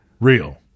Real